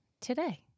today